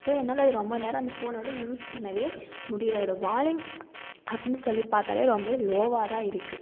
so என்னால் அதை ரொம்ப நேரம் அந்த ஃபோன்னை வந்து யூஸ் பண்ணவே முடிலை அதோடய வால்யூம் அப்படின்னு சொல்லி பார்த்தாலே ரொம்ப லோவாக தான் இருக்கு